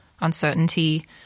uncertainty